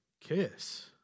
kiss